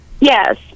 Yes